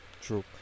True